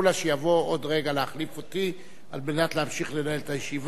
שיבוא עוד רגע להחליף אותי על מנת להמשיך לנהל את הישיבה.